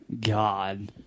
God